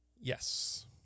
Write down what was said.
Yes